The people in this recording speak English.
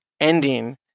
ending